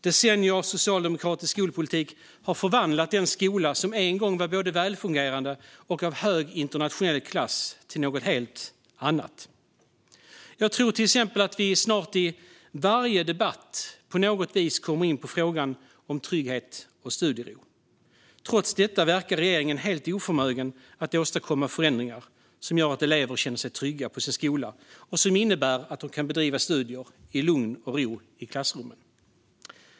Decennier av socialdemokratisk skolpolitik har förvandlat den skola som en gång var både välfungerande och av hög internationell klass till något helt annat. Jag tror till exempel att vi i snart sagt varje debatt på något vis kommer in på frågan om trygghet och studiero. Trots detta verkar regeringen helt oförmögen att åstadkomma förändringar som gör att elever känner sig trygga på sin skola och som innebär att de kan bedriva studier i lugn och ro i klassrummen.